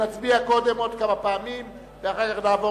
מי נגד?